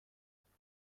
داریم